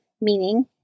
meaning